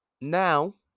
now